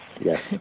yes